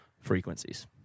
frequencies